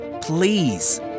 Please